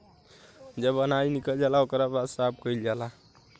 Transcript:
जब अनाज निकल जाला ओकरा बाद साफ़ कईल जाला